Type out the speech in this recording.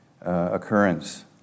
occurrence